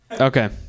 Okay